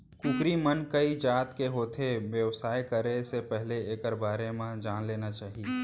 कुकरी मन कइ जात के होथे, बेवसाय करे ले पहिली एकर बारे म जान लेना चाही